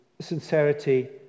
sincerity